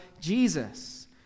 Jesus